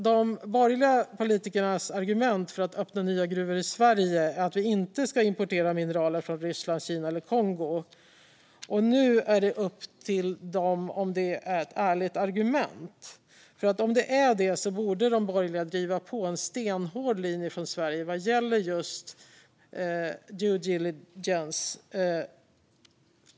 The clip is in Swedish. De borgerliga politikernas argument för att öppna nya gruvor i Sverige är att vi inte ska importera mineraler från Ryssland, Kina eller Kongo. Nu är det upp till dem om det är ett ärligt argument, för om det är det borde de borgerliga driva på en stenhård linje från Sverige vad gäller just due diligence.